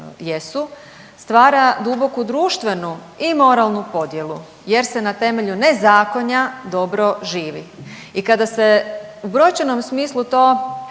stava duboku društvenu i moralnu podjelu jer se na temelju nezakonja dobro živi i kada se u brojčanom smislu to